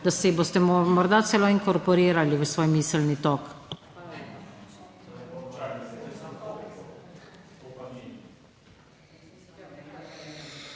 da se boste morda celo inkorporirali v svoj miselni tok?